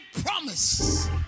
promise